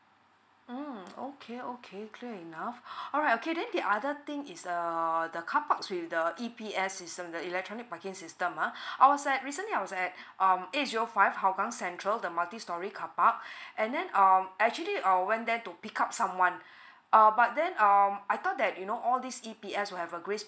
mm okay okay clear enough alright okay then the other thing is err the car parks with the E_P_S system the electronic parking system uh I was at recently I was at um eight zero five hougang central the multistorey car park and then um actually I went there to pick up someone err but then um I thought that you know all this E_P_S will have a grace